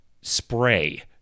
spray